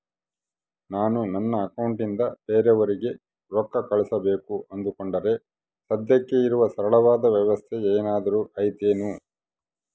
ನಾನು ನನ್ನ ಅಕೌಂಟನಿಂದ ಬೇರೆಯವರಿಗೆ ರೊಕ್ಕ ಕಳುಸಬೇಕು ಅಂದುಕೊಂಡರೆ ಸದ್ಯಕ್ಕೆ ಇರುವ ಸರಳವಾದ ವ್ಯವಸ್ಥೆ ಏನಾದರೂ ಐತೇನು?